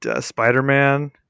Spider-Man